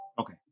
Okay